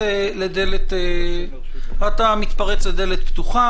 לדלת פתוחה.